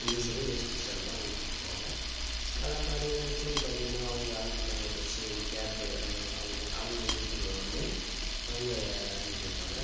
Hindus வந்து வேஸ்டி சேலை தான் உடுத்திகிட்டு போவாங்க அதை மாதிரி முஸ்லீம் பார்த்தீங்கன்னா அவங்க அவங்களுக்கான ட்ரெஸ்ஸு கேப்பு எல்லாம் அவங்கவுங்க அவங்க விருப்பத்துக்கு தகுந்த மாதிரி அவங்க அணிஞ்சுட்டு இருப்பாங்க